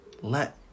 Let